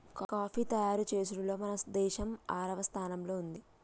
coffee తయారు చేసుడులో మన దేసం ఆరవ స్థానంలో ఉంది